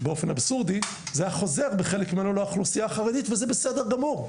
באופן אבסורדי זה היה חוזר בחלק ממנו לאוכלוסייה החרדית וזה בסדר גמור,